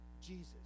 Jesus